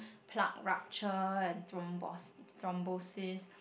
plaque rupture and thrombos~ thrombosis